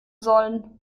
sollen